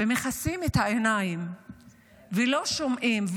מכסים את העיניים ולא שומעים,